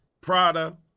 Prada